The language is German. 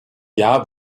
jahr